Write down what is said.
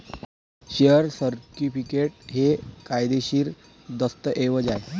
share certificate हे कायदेशीर दस्तऐवज आहे